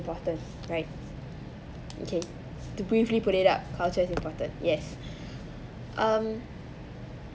bottom right okay to briefly put it up culture is important yes um